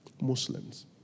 Muslims